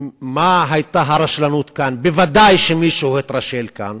מה היתה הרשלנות כאן, ודאי שמישהו התרשל כאן.